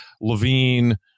Levine